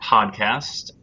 Podcast